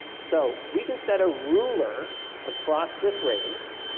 so we can set a ruler across this range